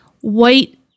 white